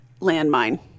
landmine